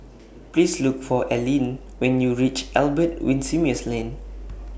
Please Look For Allene when YOU REACH Albert Winsemius Lane